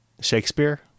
Shakespeare